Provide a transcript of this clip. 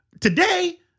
Today